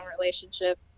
relationship